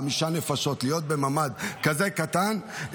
חמש נפשות בממ"ד כזה קטן,